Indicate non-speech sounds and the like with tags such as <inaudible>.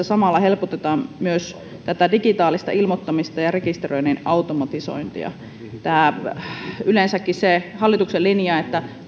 <unintelligible> samalla helpotetaan myös digitaalista ilmoittamista ja rekisteröinnin automatisointia yleensäkin sillä hallituksen linjalla että